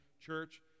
Church